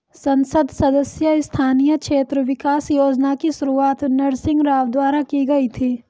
संसद सदस्य स्थानीय क्षेत्र विकास योजना की शुरुआत नरसिंह राव द्वारा की गई थी